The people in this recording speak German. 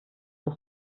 des